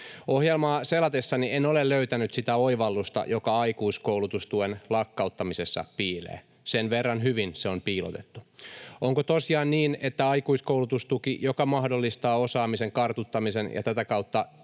Ohjelmaa selatessani en ole löytänyt sitä oivallusta, joka aikuiskoulutustuen lakkauttamisessa piilee. Sen verran hyvin se on piilotettu. Onko tosiaan niin, että aikuiskoulutustuki, joka mahdollistaa osaamisen kartuttamisen ja tätä kautta